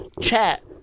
chat